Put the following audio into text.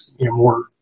more